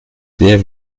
sehr